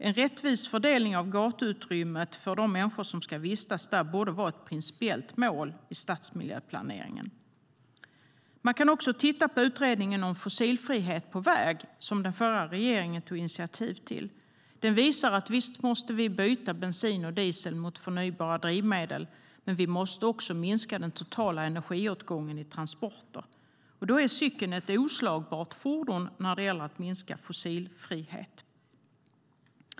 En rättvis fördelning av gatuutrymmet för de människor som ska vistas där borde vara ett principiellt mål i stadsmiljöplaneringen. Man kan också titta på utredningen om fossilfrihet på väg, som den förra regeringen tog initiativ till. Den visar att vi måste byta bensin och diesel mot förnybara drivmedel, men vi måste också minska den totala energiåtgången i transporter. Cykeln är ett oslagbart fordon när det gäller fossilfrihet.